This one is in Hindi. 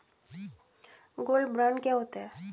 गोल्ड बॉन्ड क्या होता है?